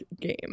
game